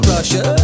Russia